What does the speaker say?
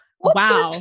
wow